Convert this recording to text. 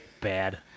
bad